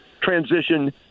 transition